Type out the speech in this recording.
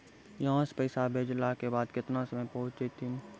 यहां सा पैसा भेजलो के बाद केतना समय मे पहुंच जैतीन?